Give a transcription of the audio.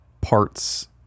parts